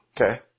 okay